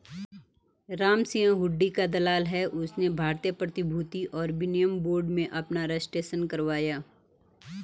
रामसिंह हुंडी का दलाल है उसने भारतीय प्रतिभूति और विनिमय बोर्ड में अपना रजिस्ट्रेशन करवाया है